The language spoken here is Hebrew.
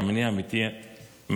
שהמניע האמיתי מאחוריהן,